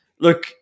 look